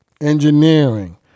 Engineering